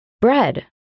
Bread